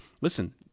listen